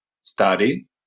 Study